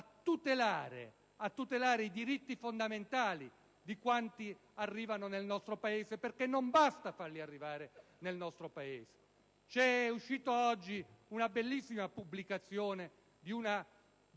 tutelare i diritti fondamentali di quanti arrivano nel nostro Paese, perché non basta ospitarli. È uscita oggi una bellissima pubblicazione di una